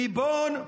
ריבון,